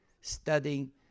studying